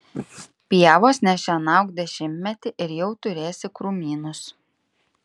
pievos nešienauk dešimtmetį ir jau turėsi krūmynus